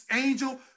angel